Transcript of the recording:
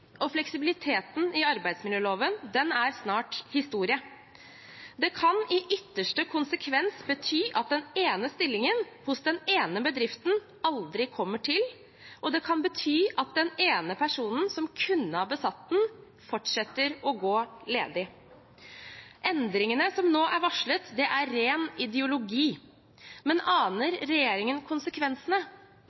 og fleksibiliteten i arbeidsmiljøloven er snart historie. Det kan i ytterste konsekvens bety at den ene stillingen hos den ene bedriften aldri kommer til, og det kan bety at den ene personen som kunne ha besatt den, fortsetter å gå ledig. Endringene som nå er varslet, er ren ideologi. Men aner regjeringen konsekvensene?